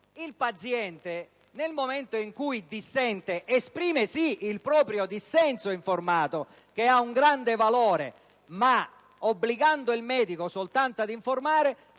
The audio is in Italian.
il paziente, nel momento in cui dissente, esprime sì il proprio dissenso informato, che ha un grande valore, ma obbligando il medico soltanto ad informare